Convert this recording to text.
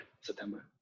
september